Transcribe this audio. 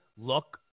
look